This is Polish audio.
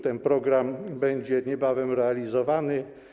Ten program będzie niebawem realizowany.